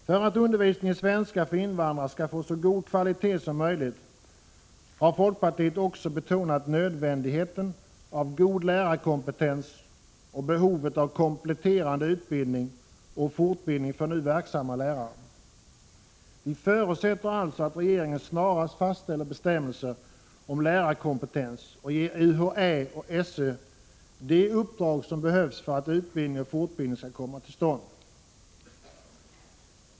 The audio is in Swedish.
För att undervisningen i svenska för invandrare skall få så god kvalitet som möjligt har folkpartiet också betonat nödvändigheten av god lärarkompetens och behovet av kompletterande utbildning och fortbildning för nu verksammal lärare. Vi förutsätter alltså att regeringen snarast fastställer bestämmelser om lärarkompetens och ger UHÄ och SÖ de uppdrag som behövs för att utbildning och fortbildning skall komma till stånd.